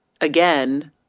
again